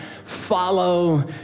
Follow